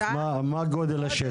מה גודל השטח?